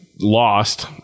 lost